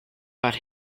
but